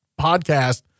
podcast